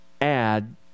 add